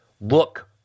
look